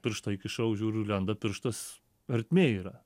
pirštą įkišau žiūriu lenda pirštas ertmė yra